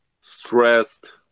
stressed